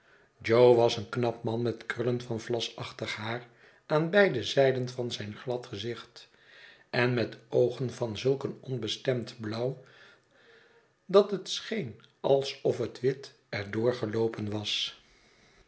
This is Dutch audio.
jo was een knap man met krullen van vlasachtig haar aan beide zyden van zijn glad gezicht en met oogen van zulk een onbestemd blauw dat het scheen alsof het wit er door geloopen was